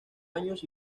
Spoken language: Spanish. años